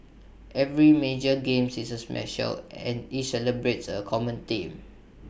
every major games is A special and each celebrates A common theme